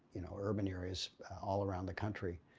you know, urban areas all around the country.